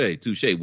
touche